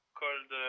called